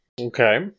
Okay